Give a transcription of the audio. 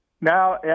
Now